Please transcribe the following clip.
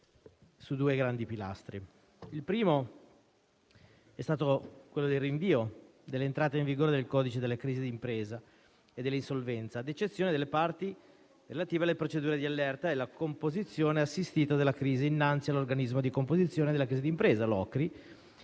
Il primo è stato quello del rinvio dell'entrata in vigore del codice della crisi d'impresa e dell'insolvenza, ad eccezione delle parti relative alle procedure di allerta e alla composizione assistita della crisi innanzi all'organismo di composizione della crisi d'impresa (Ocri),